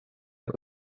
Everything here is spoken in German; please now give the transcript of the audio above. der